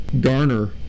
garner